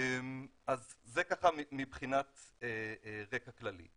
זה מבחינת רקע כללי.